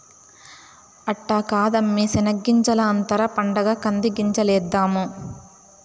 అట్ట కాదమ్మీ శెనగ్గింజల అంతర పంటగా కంది గింజలేద్దాము